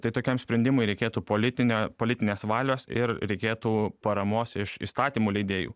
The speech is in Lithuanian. tai tokiam sprendimui reikėtų politinio politinės valios ir reikėtų paramos iš įstatymų leidėjų